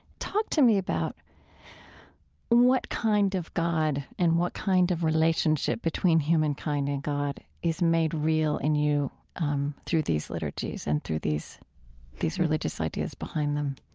talk to me about what kind of god and what kind of relationship between humankind and god is made real in you um through these liturgies and through these these religious ideas behind them.